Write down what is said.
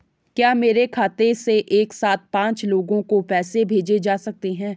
क्या मेरे खाते से एक साथ पांच लोगों को पैसे भेजे जा सकते हैं?